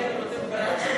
אני שואל אם אתם בעד, ?